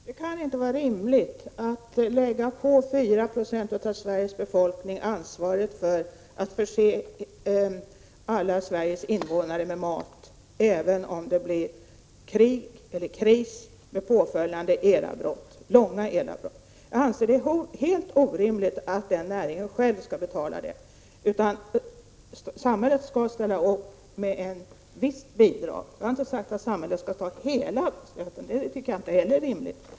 Herr talman! Det kan inte vara rimligt att lägga ansvaret för att försörja alla Sveriges invånare med mat på 4 96 av Sveriges befolkning, även om det blir krig eller kris med påföljande långa elavbrott. Jag anser det helt orimligt att näringen själv skall betala det. Samhället skall ställa upp med ett visst bidrag. Jag har inte sagt att samhället skall ta hela stöten. Det är inte heller rimligt.